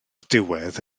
diwedd